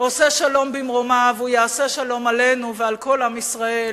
עושה שלום במרומיו הוא יעשה שלום עלינו ועל כל עם ישראל,